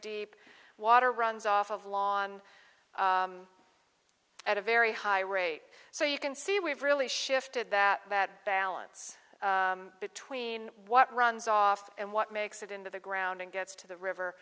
deep water runs off of law on at a very high rate so you can see we've really shifted that balance between what runs off and what makes it into the ground and gets to the river